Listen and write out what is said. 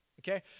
Okay